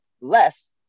less